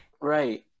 Right